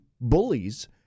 bullies